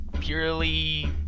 purely